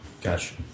gotcha